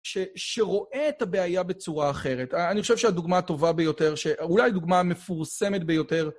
שרואה את הבעיה בצורה אחרת. אני חושב שהדוגמה הטובה ביותר, אולי הדוגמה המפורסמת ביותר...